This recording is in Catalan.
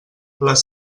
les